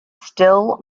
still